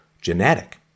genetic